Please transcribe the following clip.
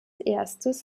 erstes